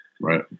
Right